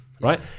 right